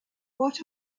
what